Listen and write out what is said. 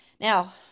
Now